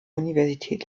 universität